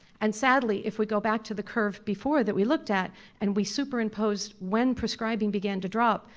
and sadly, if we go back to the curve before that we looked at and we superimposed when prescribing began to drop,